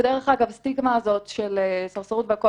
ודרך אגב, הסטיגמה הזאת של סרסרות והכול